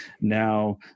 Now